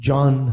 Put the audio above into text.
John